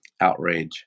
outrage